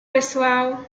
pessoal